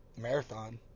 marathon